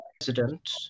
president